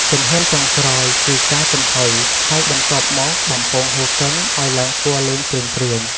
ជំហានចុងក្រោយ គឺការចំហុយ ហើយបន្ទាប់មកបំពងហ៊ូគឹងឱ្យឡើងពណ៌លឿងព្រឿងៗ។